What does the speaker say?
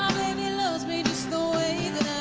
loves me just the way